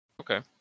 Okay